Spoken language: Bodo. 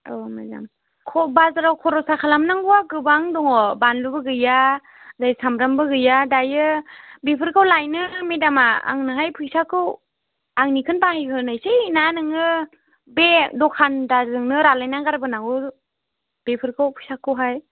औ मेडाम बाजाराव खरसा खालाम नांगौआ गोबां दङ बानलुबो गैया नै साम्ब्रामबो गैया दायो बेफोरखौ लायनो मेडामा आंनोहाय फैसाखौ आंनिखौनो बाहाय होनोसै ना नोङो बे दखानदारजोंनो रायज्लायना गारबो नांगौ बेफोरखौ फैसाखौहाय